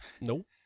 Nope